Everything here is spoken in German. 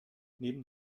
neben